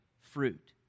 fruit